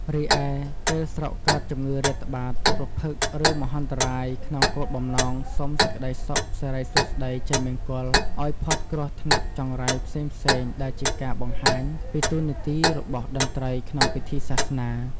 រីឯនៅពេលស្រុកកើតជំងឺរាតត្បាត ទុរភិក្ស ឬមហន្តរាយក្នុងគោលបំណងសូមសេចក្តីសុខសិរីសួស្តីជ័យមង្គលឲ្យផុតគ្រោះថ្នាក់ចង្រៃផ្សេងៗដែលជាការបង្ហាញពីតួនាទីរបស់តន្ត្រីក្នុងពិធីសាសនា។